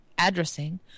addressing